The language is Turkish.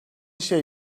şey